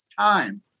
time